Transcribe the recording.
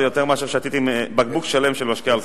זה יותר מאשר אם שתיתי בקבוק שלם של משקה אלכוהולי.